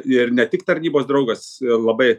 ir ne tik tarnybos draugas labai